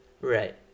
right